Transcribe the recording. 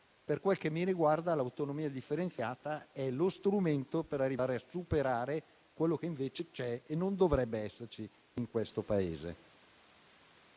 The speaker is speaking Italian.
per quel che mi riguarda, l'autonomia differenziata è lo strumento per arrivare a superare quello che invece c'è e non dovrebbe esserci in questo Paese.